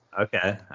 okay